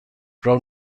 pro